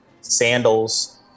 sandals